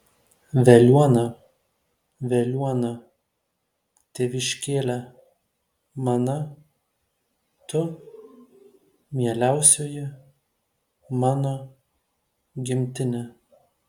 veliuona veliuona tėviškėle mana tu mieliausioji mano gimtine